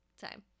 time